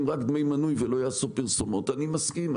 רק דמי מנוי ולא יעשו פרסומות אני מסכים.